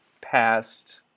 past